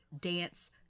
dance